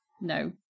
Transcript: No